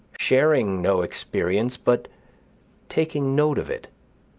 sharing no experience, but taking note of it,